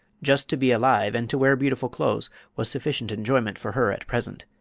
just to be alive and to wear beautiful clothes was sufficient enjoyment for her at present.